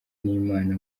n’imana